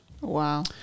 Wow